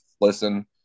listen